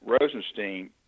Rosenstein